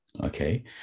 okay